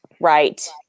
right